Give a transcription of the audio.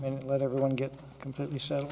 and let everyone get completely s